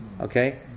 Okay